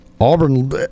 Auburn